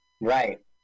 Right